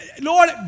Lord